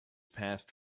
passed